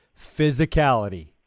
physicality